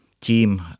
Team